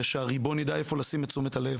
שהריבון יידע איפה לשים את תשומת הלב,